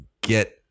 get